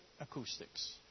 acoustics